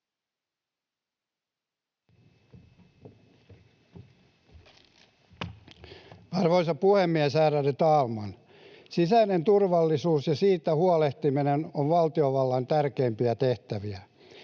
Arvoisa puhemies, ärade talman! Sisäinen turvallisuus ja siitä huolehtiminen ovat valtiovallan tärkeimpiä tehtäviä.